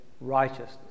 righteousness